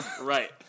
right